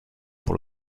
pour